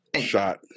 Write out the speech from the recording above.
shot